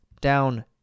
down